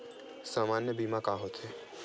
सामान्य बीमा का होथे?